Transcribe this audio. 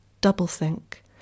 double-think